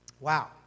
Wow